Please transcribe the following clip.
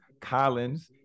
Collins